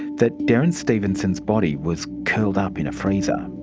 that derrance stevenson's body was curled up in a freezer.